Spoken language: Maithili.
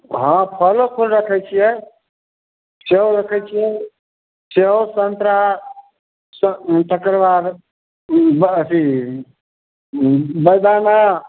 हँ फलो फूल रखै छियै सेव रखय छियै सेव सन्तरा तकर बाद हँ अथी बैदाना